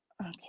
Okay